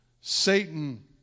Satan